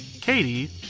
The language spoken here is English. Katie